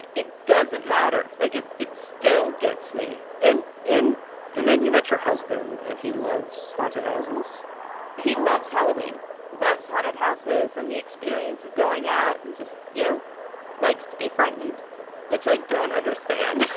it it doesn't matter like it it still gets me and and and then you met your husband and he loves haunted houses he loves halloween loves haunted houses and the experience of going out and just you know likes to be frightened which i don't understand.